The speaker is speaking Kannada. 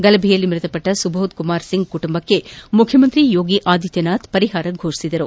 ಗಲಭೆಯಲ್ಲಿ ಮೃತಪಟ್ಟ ಸುಬೋಧ್ ಕುಮಾರ್ ಸಿಂಗ್ ಕುಟುಂಬಕ್ಕೆ ಮುಖ್ಯಮಂತ್ರಿ ಯೋಗಿ ಆದಿತ್ಯನಾಥ್ ಪರಿಹಾರ ಘೋಷಿಸಿದರು